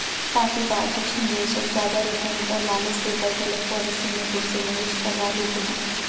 काफी बार कुछ निवेशक ज्यादा रिटर्न का लालच देकर गलत पॉलिसी में तुमसे निवेश करवा लेते हैं